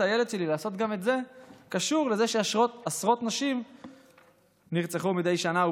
הילד שלי לעשות גם את זה מתקשר לזה שעשרות נשים נרצחו מדי שנה.